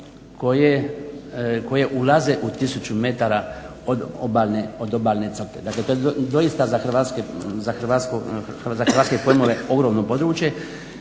koje ulaze u tisuću metara od obalne crte. Dakle, to je zaista za hrvatske pojmove ogromno područje